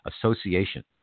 Association